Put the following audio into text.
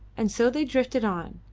and so they drifted on,